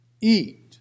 eat